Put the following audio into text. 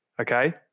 okay